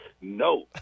No